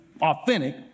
authentic